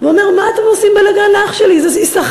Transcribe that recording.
ואומר: מה אתם עושים בלגן לאח שלי יששכר,